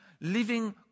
living